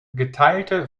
geteilte